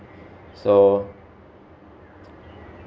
so